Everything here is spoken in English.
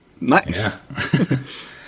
nice